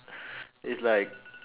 it's like